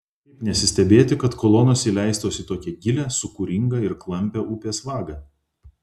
kaip nesistebėti kad kolonos įleistos į tokią gilią sūkuringą ir klampią upės vagą